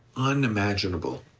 unimaginable.